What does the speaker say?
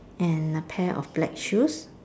and a pair of black shoes